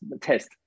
Test